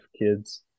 kids